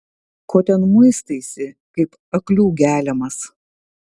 ko ten muistaisi kaip aklių geliamas